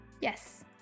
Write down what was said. Yes